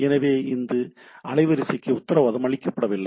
எனவே இங்கு அலைவரிசைக்கு உத்தரவாதம் அளிக்கப்படவில்லை